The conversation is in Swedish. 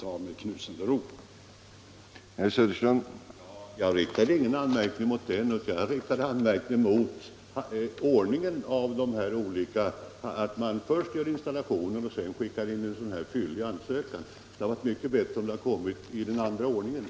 Herr talman! Jag riktade ingen anmärkning mot verken utan mot den ordningen att man först gör installationen och sedan skickar in en fyllig ansökan. Det hade varit mycket bättre om ordningen varit den omvända.